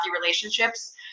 relationships